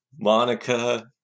Monica